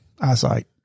eyesight